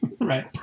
right